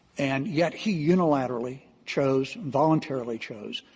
and yet he unilaterally chose, voluntarily chose,